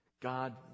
God